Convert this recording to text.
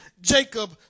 Jacob